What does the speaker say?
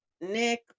nick